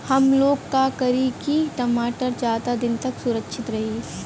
हमलोग का करी की टमाटर ज्यादा दिन तक सुरक्षित रही?